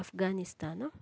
Afghanistan